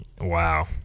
Wow